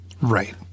Right